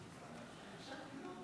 בבקשה.